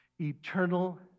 eternal